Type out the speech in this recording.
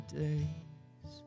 days